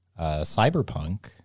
Cyberpunk